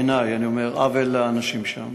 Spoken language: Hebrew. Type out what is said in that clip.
בעיני, אני אומר, עוול לאנשים שם,